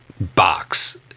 box